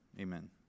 amen